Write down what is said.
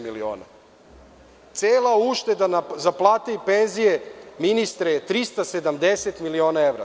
Cela ušteda za plate i penzije, ministre, je 370 miliona evra.